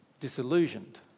disillusioned